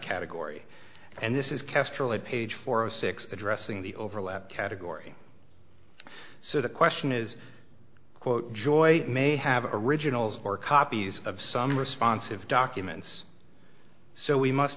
category and this is kestrel and page four zero six addressing the overlap category so the question is quote joyce may have a originals or copies of some responsive documents so we must